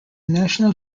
national